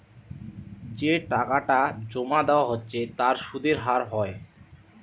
যে টাকাটা জোমা দিয়া হচ্ছে তার সুধের হার হয়